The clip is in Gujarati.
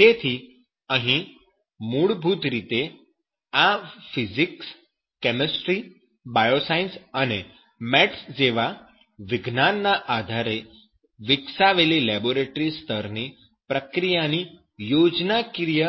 તેથી અહીં મૂળભૂત રીતે આ ફિઝિક્સ કેમિસ્ટ્રી બાયો સાયન્સ અને મેથ્સ જેવા વિજ્ઞાનના આધારે વિકસાવેલી લેબોરેટરી સ્તરની પ્રક્રિયાની યોજનાકીય